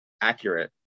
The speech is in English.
accurate